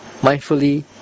mindfully